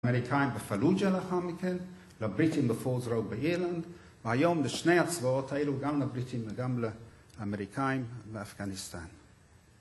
לאמריקאים בפלוג'ה לאחר מכן, לבריטים בפוזרו באיירלנד, והיום לשני הצבאות האלו גם לבריטים וגם לאמריקאים, ואפגניסטן.